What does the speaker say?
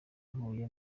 ntuye